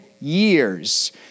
years